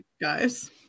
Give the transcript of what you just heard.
guys